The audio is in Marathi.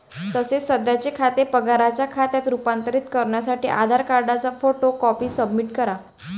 तसेच सध्याचे खाते पगाराच्या खात्यात रूपांतरित करण्यासाठी आधार कार्डची फोटो कॉपी सबमिट करा